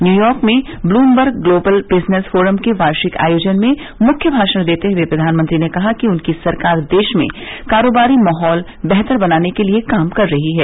New York में Bloomberg global business forum के वार्षिक आयोजन में मुख्य भाषण देते हुए प्रधानमंत्री ने कहा कि उनकी सरकार देश में कारोबारी माहौल बेहतर बनाने के लिए काम कर रही है